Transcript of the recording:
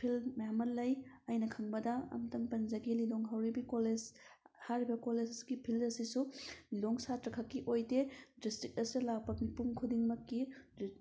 feel ꯃꯌꯥꯝ ꯑꯃ ꯂꯩ ꯑꯩꯅ ꯈꯪꯕꯗ ꯑꯝꯇꯪ ꯄꯟꯖꯒꯦ ꯂꯤꯂꯣꯡ ꯍꯥꯎꯔꯩꯕꯤ ꯀꯣꯂꯦꯁ ꯍꯥꯏꯔꯤꯕ ꯀꯣꯂꯦꯁ ꯑꯁꯤꯒꯤ ꯐꯤꯜ ꯑꯁꯤꯁꯨ ꯂꯤꯂꯣꯡ ꯁꯥꯇ꯭ꯔ ꯈꯛꯀꯤ ꯑꯣꯏꯗꯦ ꯗꯤꯁꯇ꯭ꯔꯤꯛ ꯑꯁꯤꯗ ꯂꯥꯛꯄ ꯃꯤꯄꯨꯝ ꯈꯨꯗꯤꯡꯃꯛꯀꯤ